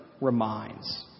reminds